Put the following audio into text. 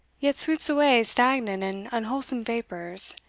yet sweeps away stagnant and unwholesome vapours,